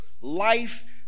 life